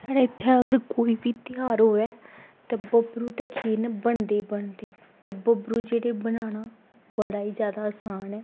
साढ़े इत्थै अगर कोई बी तेहार होऐ ते बब्बरू ते खीर ना बनदे गै बनदे ते बब्बरू जेह्ड़े बनाना बड़ा गै जैदा असान ऐ